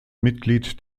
mitglied